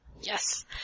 Yes